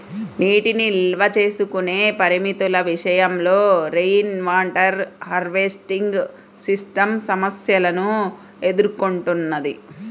నీటిని నిల్వ చేసుకునే పరిమితుల విషయంలో రెయిన్వాటర్ హార్వెస్టింగ్ సిస్టమ్ సమస్యలను ఎదుర్కొంటున్నది